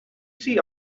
see